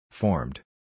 Formed